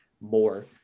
more